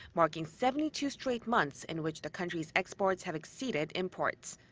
marking seventy two straight months in which the country's exports have exceeded imports.